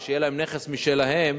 ושיהיה להם נכס משלהם,